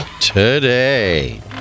today